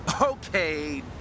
Okay